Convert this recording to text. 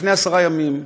לפני עשרה ימים,